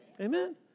Amen